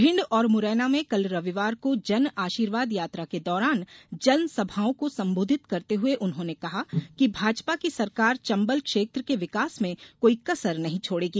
भिंड और मुरैना में कल रविवार को जन आषीर्वाद यात्रा के दौरान जन सभाओं के संबोधित करते हुए उन्होंने कहा कि भाजपा की सरकार चंबल क्षेत्र के विकास में कोई कसर नहीं छोड़ेगी